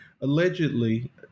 allegedly